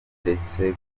ndetse